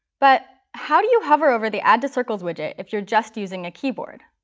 but how do you hover over the add to circles widget if you're just using a keyboard?